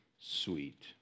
sweet